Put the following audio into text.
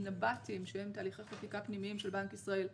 הנבטים, שהם תהליכי חקיקה פנימיים של בנק ישראל,